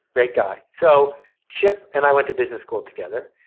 great guy. so chip and i went to business school together.